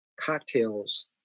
Cocktails